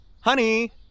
Honey